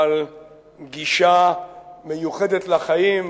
בעל גישה מיוחדת לחיים,